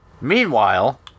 Meanwhile